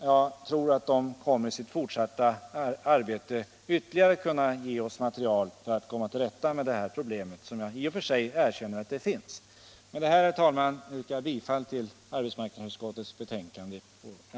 Jag tror att man i sitt fortsatta arbete skall kunna ge oss ytterligare material för att komma till rätta med det här problemet, som jag i och för sig erkänner finns. Med detta, herr talman, yrkar jag bifall till arbetsmarknadsutskottets hemställan på alla punkter.